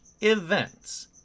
events